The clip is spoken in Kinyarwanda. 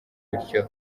bityo